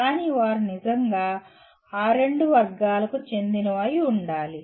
కానీ వారు నిజంగా ఆ రెండు వర్గాలకు చెందినవి అయి ఉండాలి